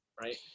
right